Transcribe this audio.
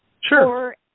Sure